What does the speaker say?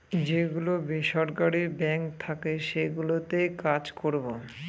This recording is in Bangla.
যে গুলো বেসরকারি বাঙ্ক থাকে সেগুলোতে কাজ করবো